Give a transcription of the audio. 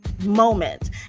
moment